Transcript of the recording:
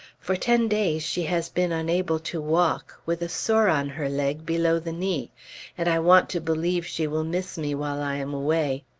for ten days she has been unable to walk, with a sore on her leg below the knee and i want to believe she will miss me while i am away.